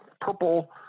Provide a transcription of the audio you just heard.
purple